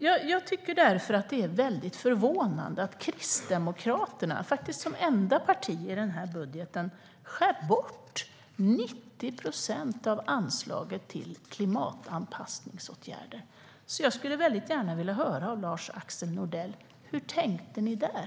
Därför tycker jag att det är mycket förvånande att Kristdemokraterna, faktiskt som enda parti när det gäller denna budget, skär bort 90 procent av anslaget till klimatanpassningsåtgärder. Jag skulle därför mycket gärna vilja höra från Lars-Axel Nordell hur ni tänkte där.